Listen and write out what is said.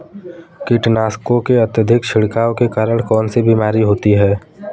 कीटनाशकों के अत्यधिक छिड़काव के कारण कौन सी बीमारी होती है?